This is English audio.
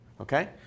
okay